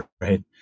Right